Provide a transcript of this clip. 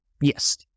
Yes